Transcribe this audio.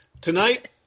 tonight